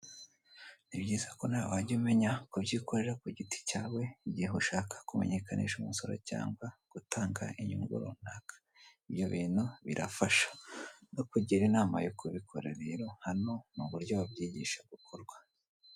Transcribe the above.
Ni byiza ko nawe wajya umenya kubyikorera ku giti cyawe igihe ushaka kumenyekanisha umusoro cyangwa gutanga inyungu runaka, ibyo bintu birafasha nakugira inama yo kubikora rero hano ni uburyo babyigisha uko bikorwa.